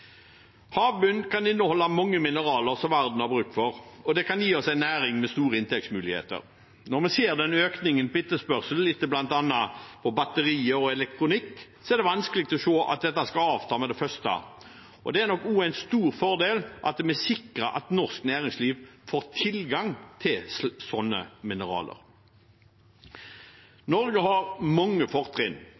Havbunnen kan inneholde mange mineraler som verden har bruk for, og det kan gi oss en næring med store inntektsmuligheter. Når vi ser økningen i etterspørsel etter bl.a. batterier og elektronikk, er det vanskelig å se at dette skal avta med det første, og det er nok også en stor fordel at vi sikrer at norsk næringsliv får tilgang til slike mineraler. Norge har mange fortrinn